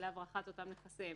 להברחת אותם נכסים